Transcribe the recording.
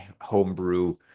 homebrew